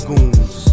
Goons